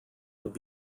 would